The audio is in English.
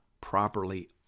properly